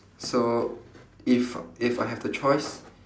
so if if I have the choice